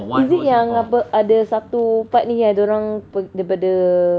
is it yang apa ada satu part ni dia orang daripada